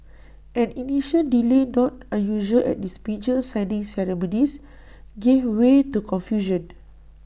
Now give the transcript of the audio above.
an initial delay not unusual at these major signing ceremonies gave way to confusion